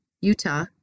Utah